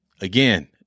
Again